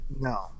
No